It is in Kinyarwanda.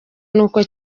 n’uko